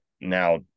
Now